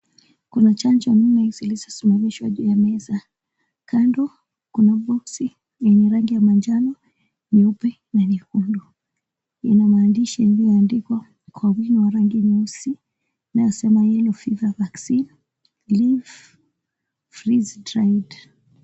Kuna chanjo nne zilizosimamishwa juu ya meza, kando kuna boksi yenye rangi ya manjano, nyeupe na nyekundu, ina maandishi yaliyoandikwa kwa wino wa rangi nyeusi yanayosema, Yellow Fever Vaccine Live Freeze Dried.